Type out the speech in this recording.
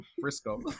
Frisco